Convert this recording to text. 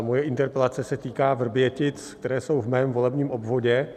Moje interpelace se týká Vrbětic, které jsou v mém volebním obvodě.